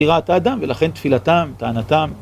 ? האדם ולכן תפילתם טענתם